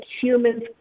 humans